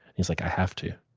he's like, i have to.